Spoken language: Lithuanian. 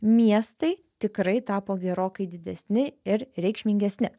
miestai tikrai tapo gerokai didesni ir reikšmingesni